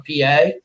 PA